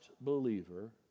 believer